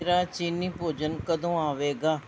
ਮੇਰਾ ਚੀਨੀ ਭੋਜਨ ਕਦੋਂ ਆਵੇਗਾ